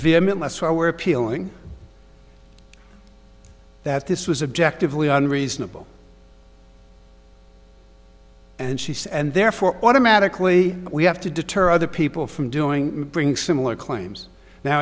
vehemently why we're appealing that this was objective leon reasonable and she said and therefore automatically we have to deter other people from doing bring similar claims now